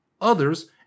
Others